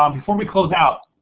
um before we close out,